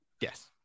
yes